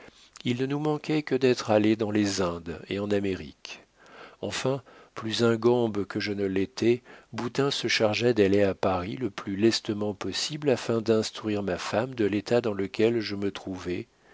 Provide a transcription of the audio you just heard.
il ne nous manquait que d'être allés dans les indes et en amérique enfin plus ingambe que je ne l'étais boutin se chargea d'aller à paris le plus lestement possible afin d'instruire ma femme de l'état dans lequel je me trouvais